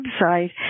website